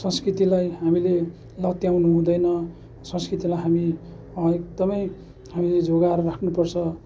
संस्कृतिलाई हामीले लत्याउनु हुँदैन संस्कृतिलाई हामी एकदमै हामीले जोगाएर राख्नु पर्छ